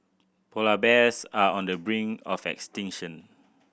polar bears are on the brink of extinction